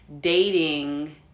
dating